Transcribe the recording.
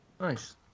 Nice